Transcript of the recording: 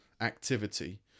activity